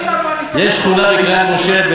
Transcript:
קריית-משה,